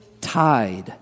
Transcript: tied